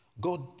God